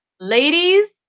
ladies